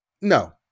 no